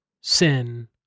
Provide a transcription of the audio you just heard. sin